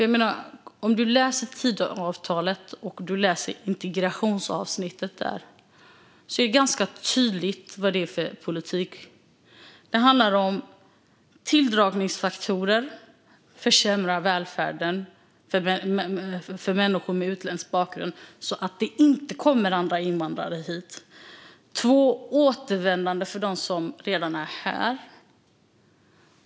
Om du läser Tidöavtalets integrationsavsnitt ser du ganska tydligt vad det är för politik. Det handlar om tilldragningsfaktorer - om att försämra välfärden för människor med utländsk bakgrund så att det inte kommer fler invandrare hit. Det handlar om återvändande för dem som redan är här.